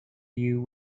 you